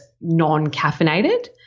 non-caffeinated